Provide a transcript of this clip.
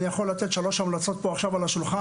אני יכול לתת פה עכשיו על השולחן שלוש המלצות,